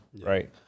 right